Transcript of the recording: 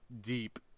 deep